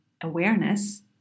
awareness